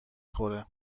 خوره